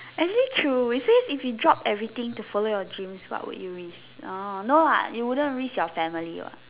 actually true they say if you drop everything what would you risk no what you wouldn't risk your family what